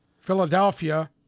Philadelphia